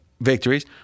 victories